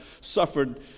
suffered